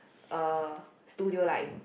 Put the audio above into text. uh studio line